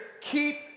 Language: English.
Keep